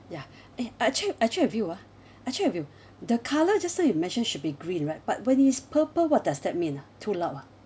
ya eh I check I check with you ah I check with you the colour just now you mention should be green right but when it's purple what does that mean ah too loud ah